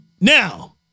Now